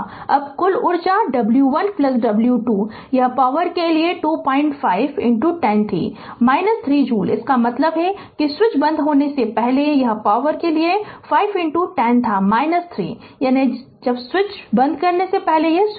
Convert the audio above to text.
अब कुल ऊर्जा w 1w 2 यह पॉवर के लिए 25 10 थी 3 जूल इसका मतलब है कि स्विच बंद होने से पहले यह पावर के लिए 5 10 था 3 जूल यानी जब स्विच बंद करने से पहले स्विच था